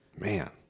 Man